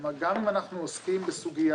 כלומר, גם אם אנחנו עוסקים בסוגיה